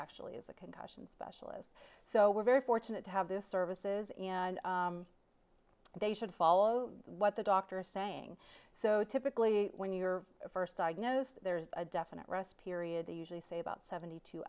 actually is a concussion specialist so we're very fortunate to have this services and they should follow what the doctor saying so typically when you're first diagnosed there is a definite rest period they usually say about seventy two